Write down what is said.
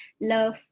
love